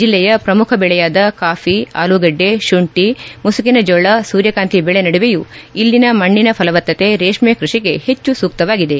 ಜಿಲ್ಲೆಯ ಪ್ರಮುಖ ಬೆಳೆಯಾದ ಕಾಫಿ ಆಲೂಗಡ್ಡೆ ಶುಂಠಿ ಮುಸಕಿನ ಜೋಳ ಸೂರ್ಯಕಾಂತಿ ಬೆಳೆ ನಡುವೆಯೂ ಇಲ್ಲಿನ ಮಣ್ಣಿನ ಫಲವತ್ತತೆ ರೇಷ್ಮೆ ಕೃಷಿಗೆ ಹೆಚ್ಚು ಸೂಕ್ತವಾಗಿದೆ